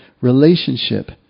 Relationship